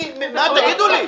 אנחנו